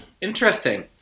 Interesting